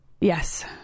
Yes